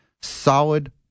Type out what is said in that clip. solid